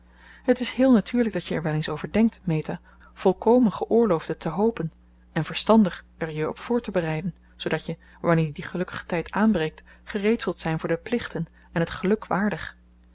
het is heel natuurlijk dat je er wel eens over denkt meta volkomen geoorloofd het te hopen en verstandig er je op voor te bereiden zoodat je wanneer die gelukkige tijd aanbreekt gereed zult zijn voor de plichten en het geluk waardig